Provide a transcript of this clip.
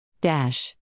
Dash